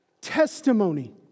testimony